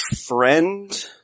friend